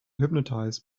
hypnotized